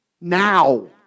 now